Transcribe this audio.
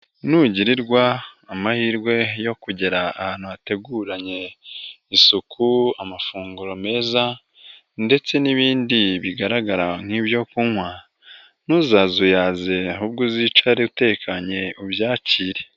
Nugirirwa amahirwe yo kugera ahantu hateguranye isuku, amafunguro meza ndetse n'ibindi bigaragara nk'ibyo kunywa ntuzazuyaze ahubwo uzicare utekanye ubyakire.